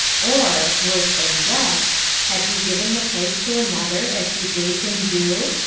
or worse than death had he given the place to another, as she bade him do?